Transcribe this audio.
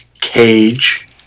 Cage